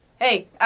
Hey